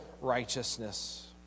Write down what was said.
righteousness